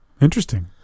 interesting